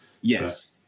Yes